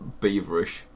Beaverish